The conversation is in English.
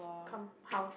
come~ house